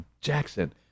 Jackson